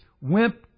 wimp